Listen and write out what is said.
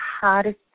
hardest